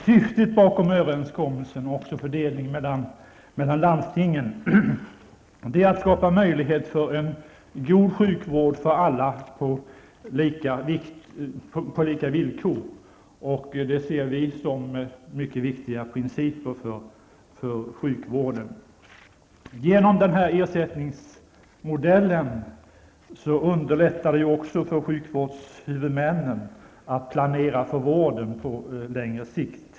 Syftet bakom överenskommelsen och fördelningen mellan landstingen är att skapa möjligheter till en god sjukvård för alla på lika villkor. Det ser vi som mycket viktiga principer för sjukvården. Denna ersättningsmodell underlättar även för sjukvårdshuvudmännen att planera för vården på längre sikt.